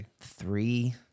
three